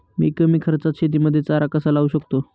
मी कमी खर्चात शेतीमध्ये चारा कसा लावू शकतो?